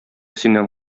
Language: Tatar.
синнән